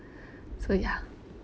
so ya